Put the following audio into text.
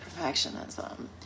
perfectionism